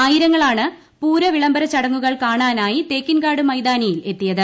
ആയിരങ്ങളാണ് പൂരവിളംബര ചടങ്ങുകൾ കാണാനായി തേക്കിൻകാട് മൈതാനിയിൽ എത്തിയത്